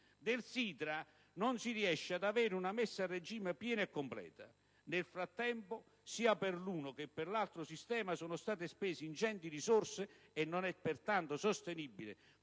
Del SITRA non si riesce ad avere una messa a regime piena e completa. Nel frattempo, sia per l'uno che per l'altro sistema sono state spese ingenti risorse e non è pertanto sostenibile